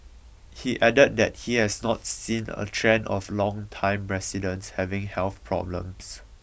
he added that he has not seen a trend of longtime residents having health problems